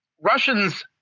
Russians